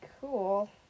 Cool